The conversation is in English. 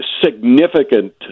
Significant